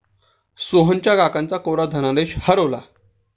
सोहनच्या काकांचा कोरा धनादेश हरवला